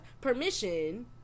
permission